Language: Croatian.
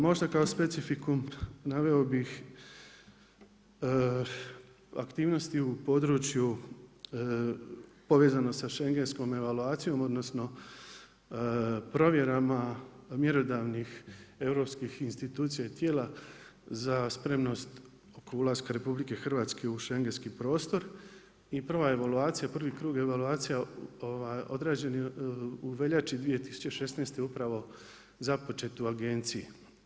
Možda kao specifikum naveo bih aktivnosti u području povezano sa šengenskom evaluacijom odnosno provjerama mjerodavnih europskih institucija i tijela za spremnost oko ulaska Republike Hrvatske u šengenski prostor i prva evaluacija, prvi krug evaluacije određen u veljači 2016. upravo započet u Agenciji.